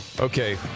Okay